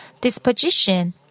disposition